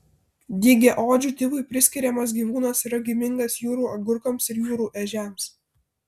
dygiaodžių tipui priskiriamas gyvūnas yra giminingas jūrų agurkams ir jūrų ežiams